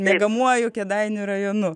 miegamuoju kėdainių rajonu